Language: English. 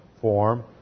form